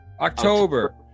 October